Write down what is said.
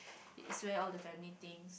is always all the family thing